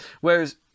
Whereas